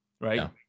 right